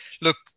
Look